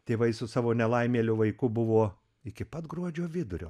tėvai su savo nelaimėliu vaiku buvo iki pat gruodžio vidurio